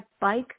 bike